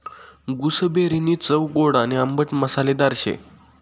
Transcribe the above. गूसबेरीनी चव गोड आणि आंबट मसालेदार शे